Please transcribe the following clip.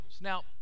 Now